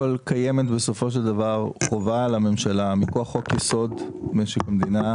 קיימת בסופו של דבר חובה על הממשלה מכוח חוק-יסוד: משק המדינה,